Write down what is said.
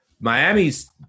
Miami's